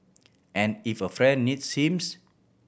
and if a friend needs him